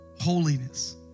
holiness